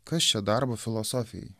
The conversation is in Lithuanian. kas čia darbo filosofijai